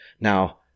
Now